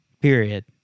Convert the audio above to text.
period